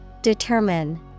Determine